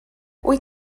wyt